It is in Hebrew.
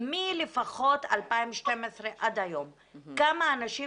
לפחות מ-2012 עד היום כמה אנשים,